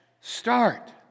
start